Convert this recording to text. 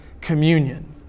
communion